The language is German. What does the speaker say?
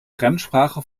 fremdsprache